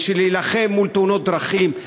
בשביל להילחם מול תאונות דרכים,